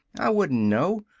i wouldn't know!